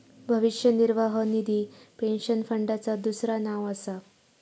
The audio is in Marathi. भविष्य निर्वाह निधी पेन्शन फंडाचा दुसरा नाव असा